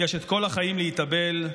יש כל החיים להתאבל.